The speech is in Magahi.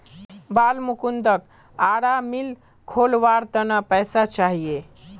बालमुकुंदक आरा मिल खोलवार त न पैसा चाहिए